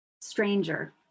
stranger